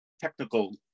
technical